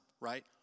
right